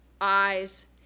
eyes